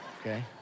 okay